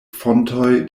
fontoj